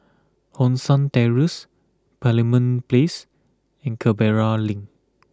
Hong San Terrace Parliament Place and Canberra Link